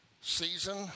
Season